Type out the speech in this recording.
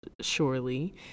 surely